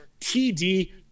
TD